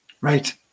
Right